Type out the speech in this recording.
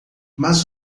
mas